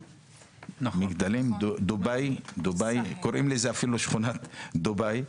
מגדלים, קוראים לזה אפילו שכונת דובאי,